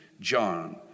John